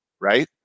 Right